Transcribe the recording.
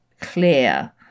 clear